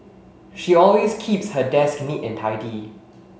she always keeps her desk neat and tidy